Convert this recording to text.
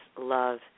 love